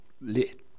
lit